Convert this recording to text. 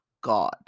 god